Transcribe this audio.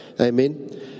Amen